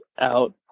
out